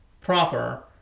proper